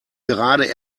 gerade